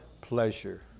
pleasure